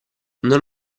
non